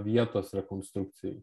vietos rekonstrukcijai